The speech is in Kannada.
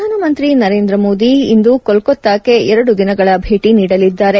ಪ್ರಧಾನಮಂತ್ರಿ ನರೇಂದ್ರಮೋದಿ ಇಂದು ಕೋಲ್ಲತಾಕ್ಷೆ ಎರಡು ದಿನಗಳ ಭೇಟಿ ನೀಡಲಿದ್ದಾರೆ